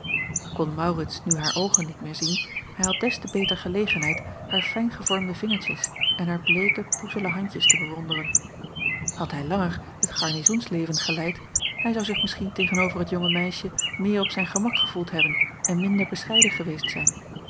kon maurits nu haar oogen niet meer zien hij had des te beter gelegenheid haar fijngevormde vingertjes en haar bleeke poezele handjes te bewonderen had hij langer het garnizoensleven geleid hij zou zich misschien tegen-over het jonge meisje meer op zijn gemak gevoeld hebben en minder bescheiden geweest zijn